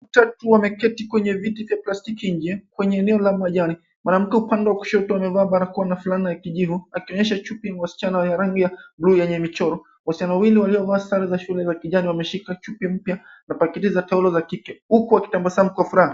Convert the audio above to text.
Mtu akiwa ameketi kwenye viti vya plastiki nje, kwenye eneo la majani, mwanamke upande wa kushoto amevaa barakoa na fulana ya kijivu akionyesha chupi ya wasichana ya rangi ya buluu yenye michoro. Wasichana wawili waliovaa sare za shule za kijani wameshika chupi mpya na pakiti za taulo za kipe huku wakitabasamu kwa furaha.